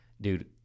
dude